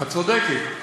את צודקת.